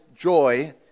joy